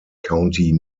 county